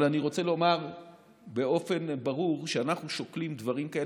אבל אני רוצה לומר באופן ברור שכשאנחנו שוקלים דברים כאלה,